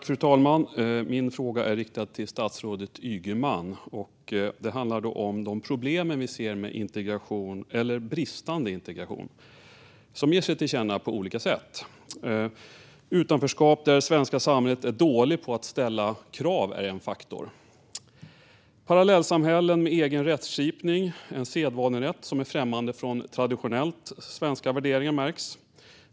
Fru talman! Min fråga är riktad till statsrådet Ygeman. Den handlar om de problem som vi ser med bristande integration som ger sig till känna på olika sätt. En faktor är utanförskap, där det svenska samhället är dåligt på att ställa krav. Parallellsamhällen med egen rättskipning, en sedvanerätt som är främmande för traditionellt svenska värderingar, märks.